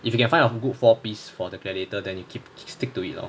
if you can find a good four piece for the gladiator then you keep stick to it lah